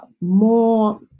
more